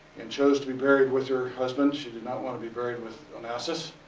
and chose to be buried with her husband. she did not want to be buried with onassis.